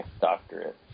doctorate